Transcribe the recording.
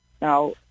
Now